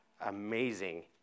amazing